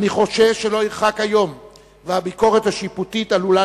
אני חושש שלא ירחק היום והביקורת השיפוטית עלולה